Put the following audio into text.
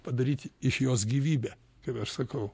padaryti iš jos gyvybę kaip aš sakau